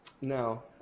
No